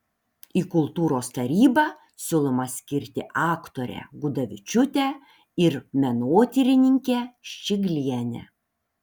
į kultūros tarybą siūloma skirti aktorę gudavičiūtę ir menotyrininkę ščiglienę